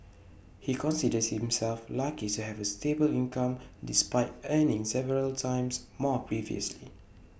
he considers himself luck's have A stable income despite earning several times more previously